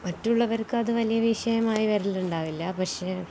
മറ്റുള്ളവർക്ക് അതു വലിയ വിഷയമായി വരലുണ്ടാവില്ല പക്ഷേ